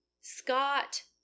Scott